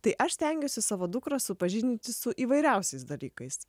tai aš stengiuosi savo dukrą supažindinti su įvairiausiais dalykais